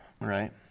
Right